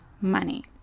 money